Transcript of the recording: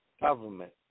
government